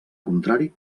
contrari